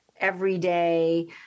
everyday